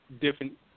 different